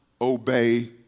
obey